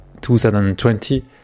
2020